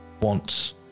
wants